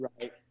right